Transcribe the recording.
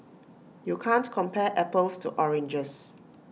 you can't compare apples to oranges